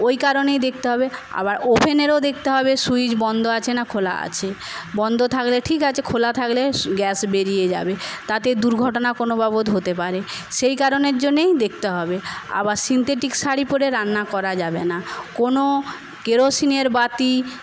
ওই কারণে দেখতে হবে আবার ওভেনেরও দেখতে হবে সুইচ বন্ধ আছে না খোলা আছে বন্ধ থাকলে ঠিক আছে খোলা থাকলে গ্যাস বেরিয়ে যাবে তাতে দুর্ঘটনা কোনো বাবদ হতে পারে সেই কারণের জন্যেই দেখতে হবে আবার সিনথেটিক শাড়ি পরে রান্না করা যাবে না কোনো কেরোসিনের বাতি